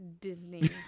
Disney